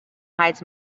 heights